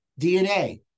DNA